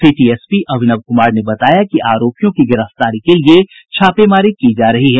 city SP Abhinav Kumar ने बताया कि आरोपियों की गिरफ्तारी के लिए छापेमारी की जा रही है